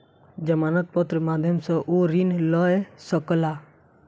जमानत पत्र के माध्यम सॅ ओ ऋण लय सकला